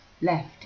left